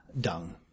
dung